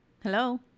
Hello